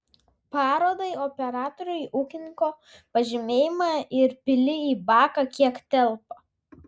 parodai operatoriui ūkininko pažymėjimą ir pili į baką kiek telpa